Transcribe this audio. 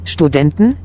Studenten